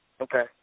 Okay